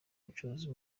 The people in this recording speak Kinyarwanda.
bucuruzi